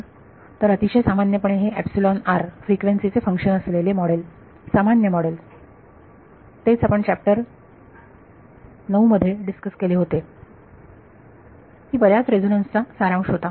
तर अतिशय सामान्यपणे हे एपसिलोन r फ्रिक्वेन्सी चे फंक्शन असलेले मॉडेल सामान्य मॉडेल तेच आपण चाप्टर 9 मध्ये डिस्कस केले होते की जो बऱ्याच रेझोनन्स चा सारांश होता